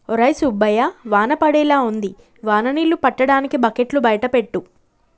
ఒరై సుబ్బయ్య వాన పడేలా ఉంది వాన నీళ్ళు పట్టటానికి బకెట్లు బయట పెట్టు